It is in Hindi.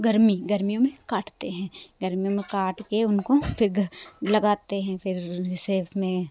गर्मी गर्मी में कटते हैं गर्मी में काट के उनको फिर लगाते हैं फिर जैसे उसमें